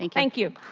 and thank you.